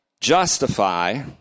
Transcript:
justify